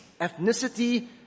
ethnicity